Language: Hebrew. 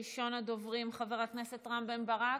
ראשון הדוברים, חבר הכנסת רם בן ברק,